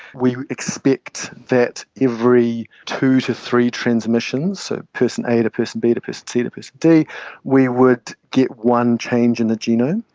we expect that every two to three transmissions so person a to person b to person c to person d we would get one change in the genome.